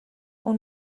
اون